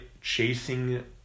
chasing